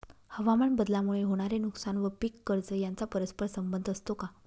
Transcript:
हवामानबदलामुळे होणारे नुकसान व पीक कर्ज यांचा परस्पर संबंध असतो का?